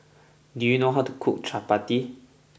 do you know how to cook Chapati